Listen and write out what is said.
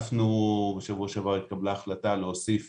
בשבוע שעבר התקבלה החלטה להוסיף